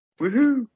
Woohoo